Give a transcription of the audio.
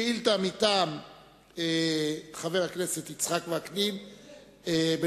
שאילתא מטעם חבר הכנסת יצחק וקנין בנושא: